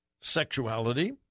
sexuality